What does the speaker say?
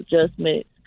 adjustments